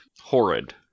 horrid